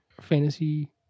fantasy